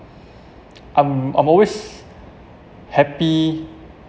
I'm I'm always happy